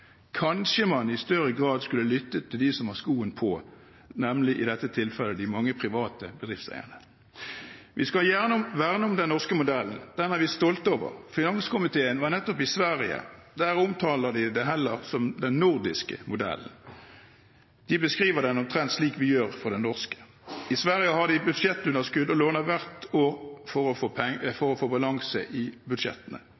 Kanskje man i større grad skulle lyttet til dem som har skoen på, i dette tilfellet de mange private bedriftseierne. Vi skal verne om den norske modellen. Den er vi stolte over. Finanskomiteen var nettopp i Sverige. Der omtaler de den heller som den nordiske modellen. De beskriver den omtrent slik vi gjør for den norske. I Sverige har de budsjettunderskudd og låner hvert år for å få